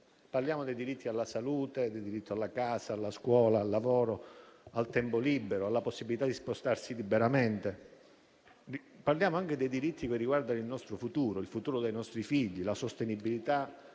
Parliamo del diritto alla salute, alla casa, alla scuola, al lavoro e al tempo libero, nonché di spostarsi liberamente. Parliamo anche dei diritti che riguardano il nostro futuro e quello dei nostri figli, la sostenibilità,